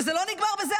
וזה לא נגמר בזה,